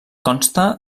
consta